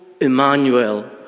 Emmanuel